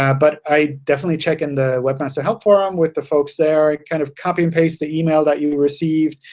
yeah but i'd definitely check in the webmaster help forum with the folks there, kind of copy and paste the email that you received.